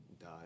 died